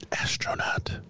Astronaut